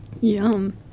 Yum